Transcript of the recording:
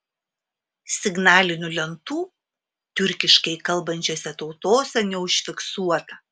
signalinių lentų tiurkiškai kalbančiose tautose neužfiksuota